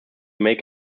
make